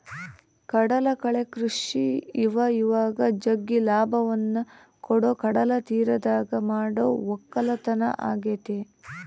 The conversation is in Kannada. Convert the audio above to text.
ಕಡಲಕಳೆ ಕೃಷಿ ಇವಇವಾಗ ಜಗ್ಗಿ ಲಾಭವನ್ನ ಕೊಡೊ ಕಡಲತೀರದಗ ಮಾಡೊ ವಕ್ಕಲತನ ಆಗೆತೆ